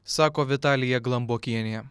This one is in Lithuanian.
sako vitalija glambokienė